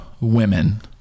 women